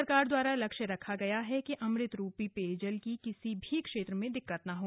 सरकार द्वारा लक्ष्य रखा गया है कि अमृत रूपी पेयजल की किसी भी क्षेत्र में दिक्कत न हो